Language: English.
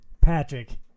Patrick